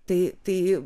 tai tai